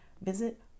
visit